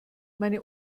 meine